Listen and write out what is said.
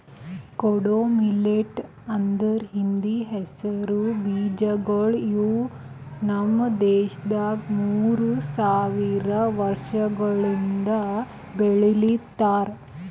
ಕೊಡೋ ಮಿಲ್ಲೆಟ್ ಅಂದುರ್ ಹಿಂದಿ ಹೆಸರು ಬೀಜಗೊಳ್ ಇವು ನಮ್ ದೇಶದಾಗ್ ಮೂರು ಸಾವಿರ ವರ್ಷಗೊಳಿಂದ್ ಬೆಳಿಲಿತ್ತಾರ್